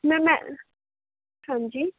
ma'am ਮੈਂ ਹਾਂਜੀ